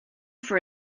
for